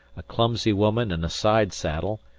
a clumsy woman in a side-saddle,